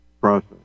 process